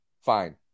fine